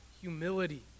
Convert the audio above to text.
humility